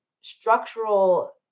structural